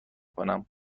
کنم